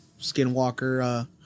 skinwalker